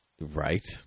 Right